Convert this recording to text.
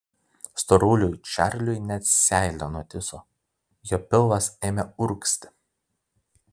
storuliui čarliui net seilė nutįso jo pilvas ėmė urgzti